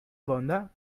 vonda